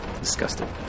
Disgusting